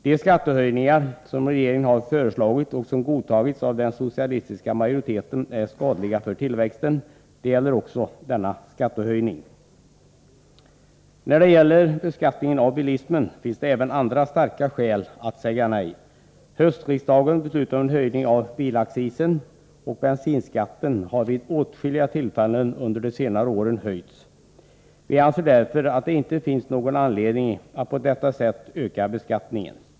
De skattehöjningar som regeringen föreslagit och som godtagits av den socialistiska majoriteten är skadliga för tillväxten. Det gäller också denna skattehöjning. När det gäller beskattningen av bilismen finns det även andra starka skäl för att säga nej till det aktuella förslaget. Riksdagen beslutade ju under hösten om en höjning av bilaccisen. Dessutom har bensinskatten höjts vid åtskilliga tillfällen under senare år. Vi anser därför att det inte finns någon anledning att på detta sätt öka beskattningen.